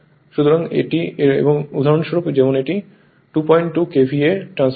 সুতরাং এবং উদাহরণস্বরূপ যেমন এটি 22 KVA ট্রান্সফরমার হয়